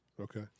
Okay